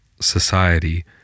society